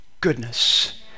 Goodness